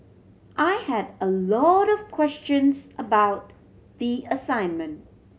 I had a lot of questions about the assignment